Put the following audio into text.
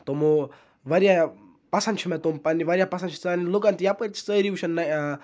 تمو واریاہ پَسنٛد چھُ مےٚ تم پنٛنہِ واریاہ پَسنٛد چھِ سارنٕے لُکَن تہِ یَپٲرۍ تہِ چھِ سٲری وٕچھان